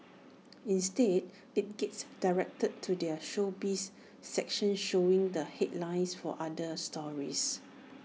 instead IT gets directed to their showbiz section showing the headlines for other stories